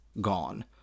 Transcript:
gone